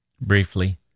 briefly